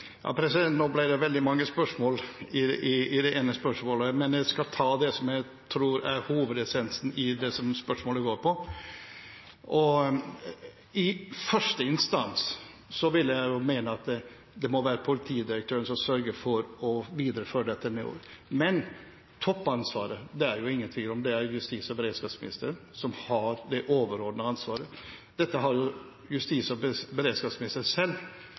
Nå ble det veldig mange spørsmål i det ene spørsmålet, men jeg skal ta det som jeg tror er hovedessensen i det spørsmålet handler om. I første instans vil jeg mene at det må være politidirektøren som sørger for å videreføre dette nedover. Men toppansvaret er det ingen tvil om – det er justis- og beredskapsministeren som har det overordnede ansvaret. Dette har justis- og beredskapsministeren selv